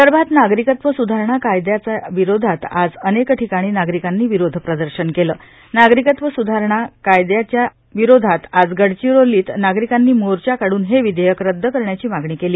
विदर्भात नागरिकत्व स्धारणा विधेयकाच्या विरोधात आज अनेक ठिकाणी नागरिकाष्ठी विरोध प्रदर्शन केल नागरिकत्व स्धारणा विधेयकाविरोधात आज गडचिरोलीत नागरिकाद्वी मोर्चा काढून हे विधेयक रद्द करण्याची मागणी केली